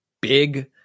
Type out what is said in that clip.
big